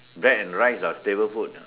bread and rice are staple food